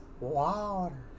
water